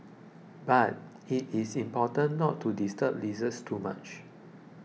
but it is important not to disturb lizards too much